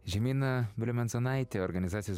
žemina bliumenzonaitė organizacijos